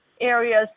areas